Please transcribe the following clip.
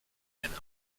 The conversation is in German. eine